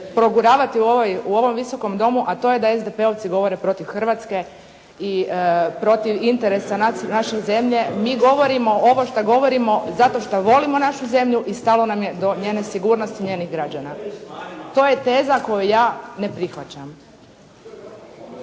proguravati u ovom Visokom domu, a to je da SDP-ovci govore protiv Hrvatske i protiv interesa naše zemlje. Mi govorimo ovo što govorimo zato što volimo našu zemlju i stalo nam je do njene sigurnosti i njenih građana. To je teza koju ja ne prihvaćam.